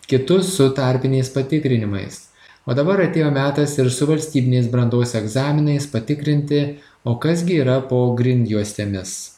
kitus su tarpiniais patikrinimais o dabar atėjo metas ir su valstybiniais brandos egzaminais patikrinti o kas gi yra po grindjuostėmis